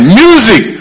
music